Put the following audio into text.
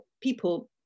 people